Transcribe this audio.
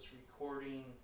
recording